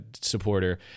supporter